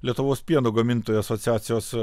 lietuvos pieno gamintojų asociacijos